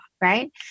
right